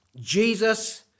Jesus